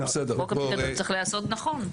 חוק הפיקדון צריך להיעשות נכון.